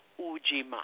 Ujima